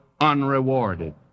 unrewarded